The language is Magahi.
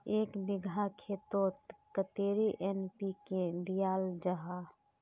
एक बिगहा खेतोत कतेरी एन.पी.के दियाल जहा?